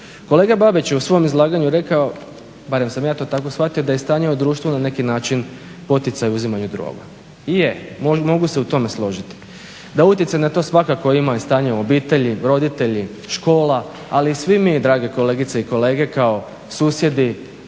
Kolega Babić je u svom izlaganju rekao, barem sam ja to tako shvatio, da je stanje u društvu na neki način poticaj uzimanju droga. I je, mogu se u tome složiti. Da utjecaj na to svakako ima i stanje u obitelji, roditelji, škola, ali i svi mi drage kolegice i kolege kao susjedi,